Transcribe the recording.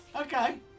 Okay